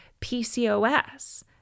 PCOS